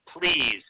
please